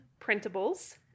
printables